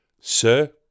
Sir